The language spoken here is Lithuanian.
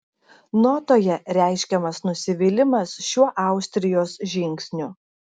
notoje reiškiamas nusivylimas šiuo austrijos žingsniu